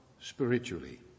spiritually